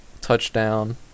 touchdown